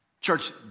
Church